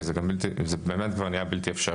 כי זה באמת נהיה כבר בלתי אפשרי.